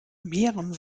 mehren